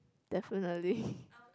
definitely